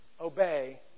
obey